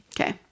Okay